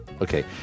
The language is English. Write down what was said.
Okay